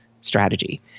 strategy